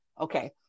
okay